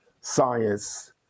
science